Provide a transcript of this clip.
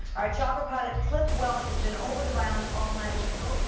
our chopper pilot cliff welsh has been over the violence all night. we're gonna go to